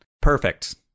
Perfect